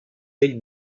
bell